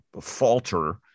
falter